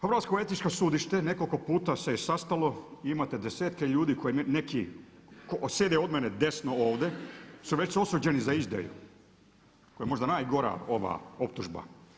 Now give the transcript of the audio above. Hrvatsko etičko sudište nekoliko puta se je sastalo i imate desetke ljudi od kojih neki sjede od mene desno ovdje su već osuđeni za izdaju koja je možda najgora optužba.